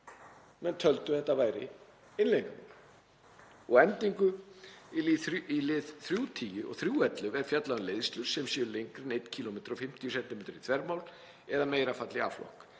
menn töldu að þetta væri innleiðingin. Að endingu: „Í lið 3.10 og 3.11 er fjallað um leiðslur sem séu lengri en 1 km og 50 cm í þvermál eða meira falli í A flokk.